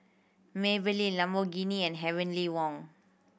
Maybelline Lamborghini and Heavenly Wang